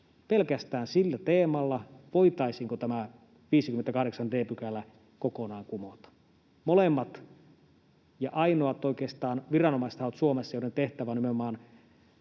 pelkästään sillä teemalla, voitaisiinko tämä 58 d § kokonaan kumota. Molemmat, oikeastaan ainoat viranomaistahot Suomessa, joiden tehtävä on